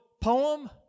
poem